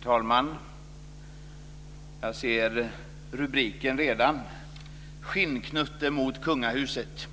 Herr talman! Jag ser redan rubriken "Skinnknutte mot kungahuset".